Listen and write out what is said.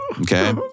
okay